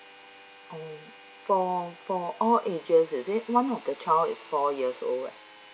oh for for all ages is it one of the child is four years old eh